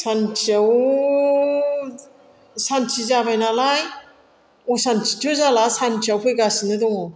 सानसेयाव सान्ति जाबाय नालाय असान्तिथ' जाला सान्तियाव फैगासिनो दङ